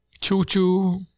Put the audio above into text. Choo-choo